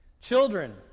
Children